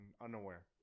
unaware